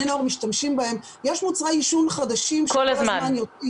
נוער משתמשים בהם יש מוצרי עישון חדשים שכל הזמן יוצאים לשוק.